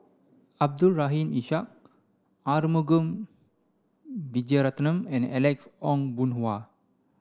Abdul Rahim Ishak Arumugam Vijiaratnam and Alex Ong Boon Hau